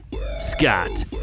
Scott